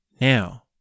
Now